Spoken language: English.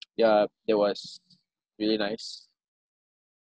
yup it was really nice